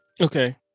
Okay